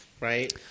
right